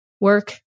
work